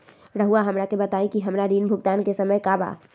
रहुआ हमरा के बताइं कि हमरा ऋण भुगतान के समय का बा?